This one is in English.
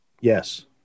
Yes